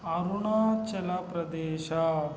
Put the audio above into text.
Arunachal Pradesh